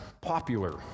popular